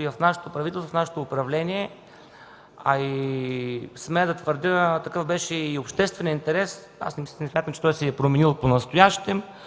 и в нашето правителство, в нашето управление, смея да твърдя такъв беше и общественият интерес – не смятам, че той се е променил понастоящем